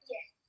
Yes